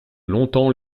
longtemps